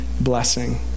blessing